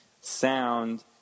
sound